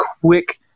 quick